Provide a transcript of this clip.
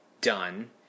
done